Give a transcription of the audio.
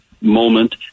moment